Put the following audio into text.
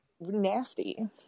nasty